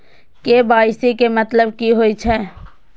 KYC के मतलब कि होई छै?